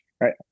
right